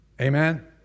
Amen